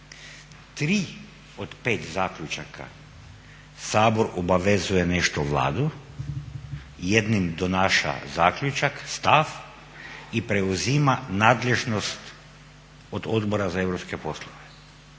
Tri od pet zaključaka Sabor obavezuje nešto Vladu, jednim donaša zaključak, stav i preuzima nadležnost od Odbora za europske poslove.